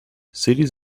cities